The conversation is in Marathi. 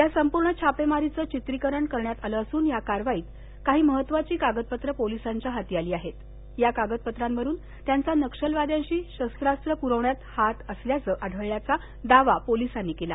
या संपूर्ण छापेमारीचं चित्रीकरण करण्यात आलं असून या करावाईत महत्वाची कागदपत्रं पोलिसांच्या हाती आली आहेत या कागदपत्रांवरुन या संशयितांचा नक्षलवाद्यांना शस्त्रास्त्रं पुरवण्यात हात असल्याचं आढळल्याचा दावा पोलिसांनी केला